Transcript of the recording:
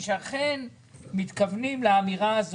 מתכוונים ל- --.